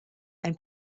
ein